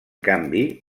canvi